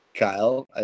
Kyle